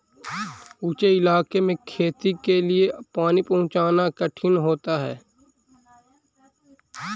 ऊँचे इलाके में खेती के लिए पानी पहुँचाना कठिन होता है